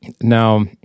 Now